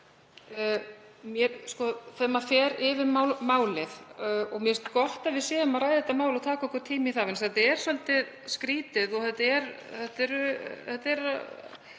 segja það. Mér mér finnst gott að við séum að ræða þetta mál og taka okkur tíma í það, þetta er svolítið skrýtið og þetta er